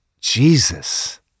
Jesus